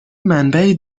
منبع